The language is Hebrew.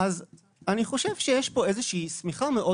אני חושב שיש פה איזושהי שמיכה מאוד